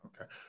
Okay